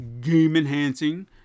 game-enhancing